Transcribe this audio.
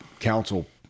council